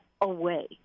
away